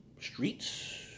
streets